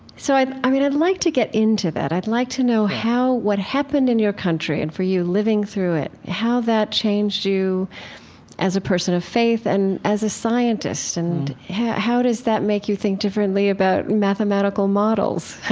so, i mean, i'd like to get into that. i'd like to know how, what happened in your country, and for you living through it, how that changed you as a person of faith and as a scientist? and how how does that make you think differently about mathematical models?